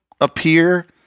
appear